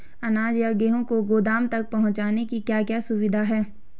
अनाज या गेहूँ को गोदाम तक पहुंचाने की क्या क्या सुविधा है?